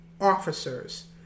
officers